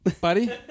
buddy